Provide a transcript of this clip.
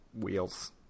wheels